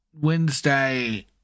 Wednesday